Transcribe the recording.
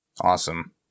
Awesome